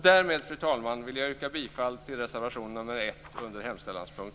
Därmed vill jag yrka bifall till reservation nr 1